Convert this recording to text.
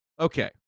okay